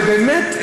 ובאמת,